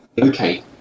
okay